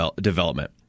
development